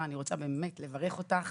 כי לא ישכנעו אותנו שבתי